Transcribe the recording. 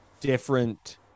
different